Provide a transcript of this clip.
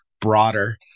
broader